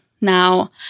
Now